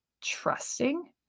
trusting